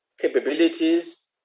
capabilities